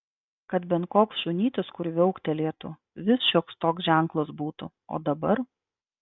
kad bent koks šunytis kur viauktelėtų vis šioks toks ženklas būtų o dabar